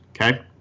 Okay